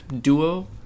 duo